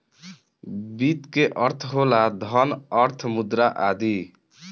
वित्त के अर्थ होला धन, अर्थ, मुद्रा आदि